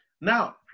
Now